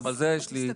גם לזה יש לי התייחסות.